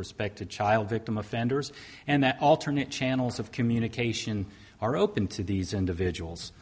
respect to child victim offenders and that alternate channels of communication are open to these individuals